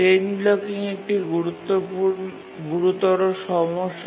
chain blocking একটি গুরুতর সমস্যা